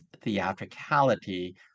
theatricality